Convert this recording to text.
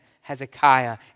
Hezekiah